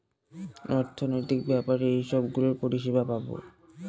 অর্থনৈতিক ব্যাপারে এইসব গুলোর পরিষেবা পাবো